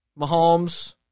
Mahomes